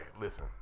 listen